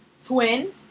Twin